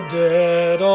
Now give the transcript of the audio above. dead